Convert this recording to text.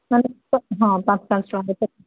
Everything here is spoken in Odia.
ମାନେ ହଁ ପାଞ୍ଚ ପାଞ୍ଚ ଟଙ୍କା ଭିତରେ